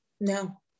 No